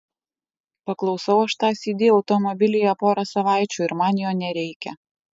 paklausau aš tą cd automobilyje pora savaičių ir man jo nereikia